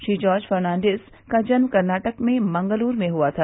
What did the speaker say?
श्री जार्ज फर्नाडीस का जन्म कर्नाटक में मंगलूरु में हुआ था